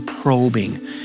probing